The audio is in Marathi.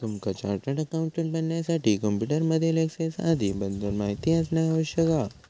तुमका चार्टर्ड अकाउंटंट बनण्यासाठी कॉम्प्युटर मधील एक्सेल आदीं बद्दल माहिती असना आवश्यक हा